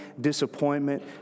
disappointment